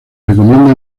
recomienda